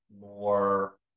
more